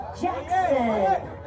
Jackson